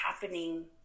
happening